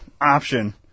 option